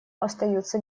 остаются